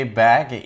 back